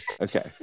Okay